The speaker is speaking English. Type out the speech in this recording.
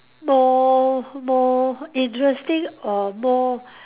more more interesting or more